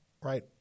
right